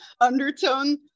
undertone